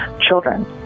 children